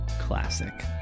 Classic